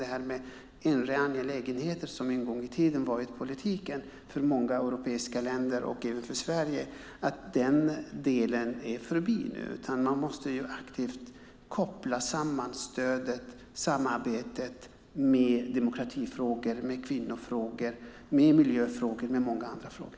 Det här med inre angelägenheter, som en gång i tiden varit politiken för många europeiska länder och även för Sverige, den delen är förbi nu. Man måste aktivt koppla samman stödet och samarbetet med demokratifrågor, kvinnofrågor, miljöfrågor och många andra frågor.